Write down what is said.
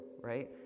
right